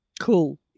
Cool